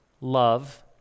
Love